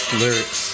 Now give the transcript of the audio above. lyrics